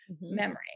memory